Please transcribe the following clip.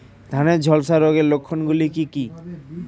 ধানের ঝলসা রোগের লক্ষণগুলি কি কি?